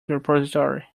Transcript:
repository